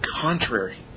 contrary